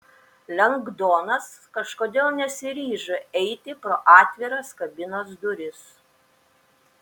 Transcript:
lengdonas kažkodėl nesiryžo eiti pro atviras kabinos duris